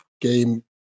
game